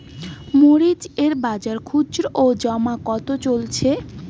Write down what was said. মরিচ এর বাজার খুচরো ও জমা কত চলছে?